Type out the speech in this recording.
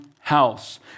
house